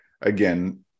again